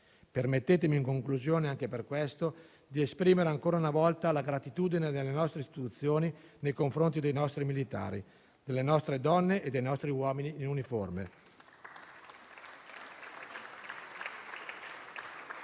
Permettetemi in conclusione, anche per questo, di esprimere ancora una volta la gratitudine delle nostre istituzioni nei confronti dei nostri militari, delle nostre donne e dei nostri uomini in uniforme